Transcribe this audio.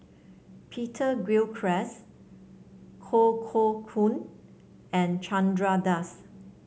Peter Gilchrist Koh Poh Koon and Chandra Das